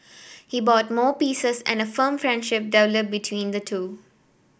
he bought more pieces and a firm friendship developed between the two